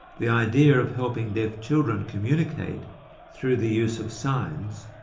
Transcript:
the idea of helping deaf children communicate through the use of signs,